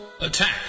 Attack